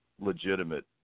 legitimate